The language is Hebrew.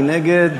מי נגד?